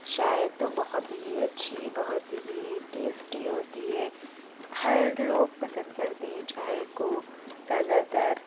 چائے تو بہت ہی اچھی بہت ہی ٹیسٹی ہوتی ہے ہر لوگ پسند کرتے ہیں چائے کو زیادہ تر